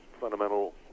fundamental